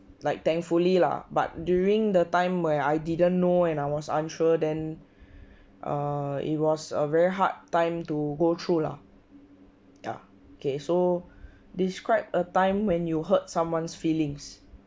like thankfully lah but during the time where I didn't know and I was unsure than uh it was a very hard time to go through lah ya okay so describe a time when you hurt someone's feelings